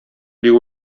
бик